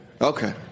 Okay